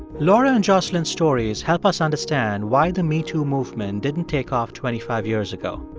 laura and jocelyn's stories help us understand why the metoo movement didn't take off twenty five years ago.